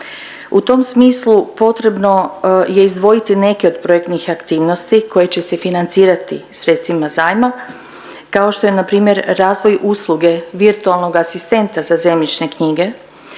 U tom smislu potrebno je izdvojiti neke od projektnih aktivnosti koji će se financirati sredstvima zajma kao što je npr. razvoj usluge virtualnog asistenta za zemljišne knjige,